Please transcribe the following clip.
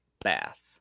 bath